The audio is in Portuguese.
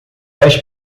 dez